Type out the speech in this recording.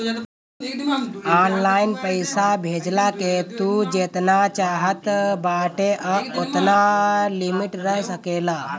online पईसा भेजला के तू जेतना चाहत बाटअ ओतना लिमिट रख सकेला